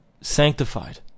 sanctified